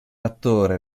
attore